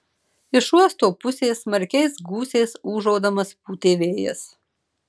iš uosto pusės smarkiais gūsiais ūžaudamas pūtė vėjas